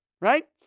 right